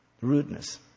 rudeness